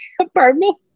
apartment